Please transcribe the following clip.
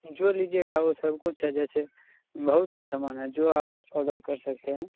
जो लीजिएगा वो सब कुछ है जैसे बहुत सा समान है जो आप ऑर्डर कर सकते हैं